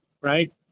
right